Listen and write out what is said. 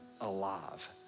alive